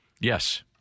Yes